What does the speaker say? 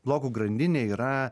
blokų grandinė yra